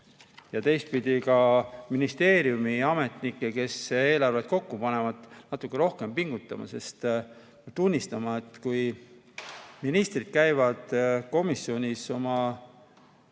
ja teistpidi paneks ministeeriumiametnikke, kes eelarvet kokku panevad, natuke rohkem pingutama. Peab tunnistama, et kui ministrid käivad komisjonis oma